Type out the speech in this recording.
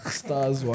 stars